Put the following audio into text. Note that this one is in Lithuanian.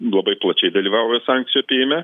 labai plačiai dalyvauja sankcijų apėjime